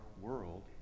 world